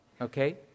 okay